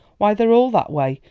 why, they're all that way,